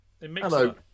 Hello